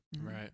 Right